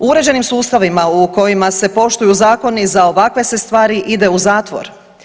U uređenim sustavima u kojima se poštuju zakoni, za ovakve se stvari ide u zatvor.